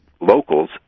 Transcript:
locals